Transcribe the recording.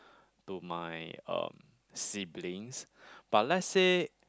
to my um siblings but let's say